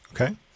Okay